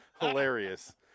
Hilarious